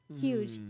Huge